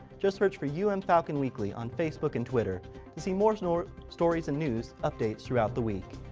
just search for u m falcon weekly on facebook and twitter to see more more stories and news updates throughout the week.